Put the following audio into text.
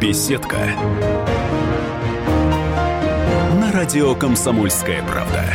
Беседка. На радио «Комсомольская правда».